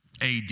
AD